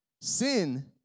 Sin